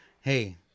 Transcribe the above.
hey